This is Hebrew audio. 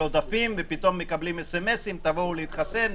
עודפים ופתאום מקבלים אס אם אסים לבוא ולהתחסן.